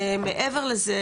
מעבר לזה,